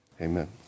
amen